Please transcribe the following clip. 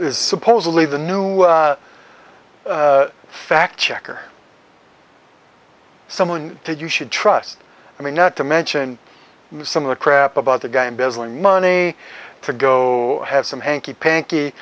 is supposedly the new fact checker someone did you should trust me not to mention some of the crap about the guy embezzling money to go have some hanky panky